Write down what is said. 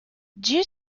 due